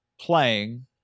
playing